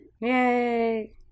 yay